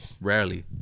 rarely